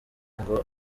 ngo